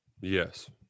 Yes